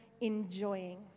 enjoying